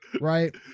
Right